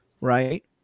right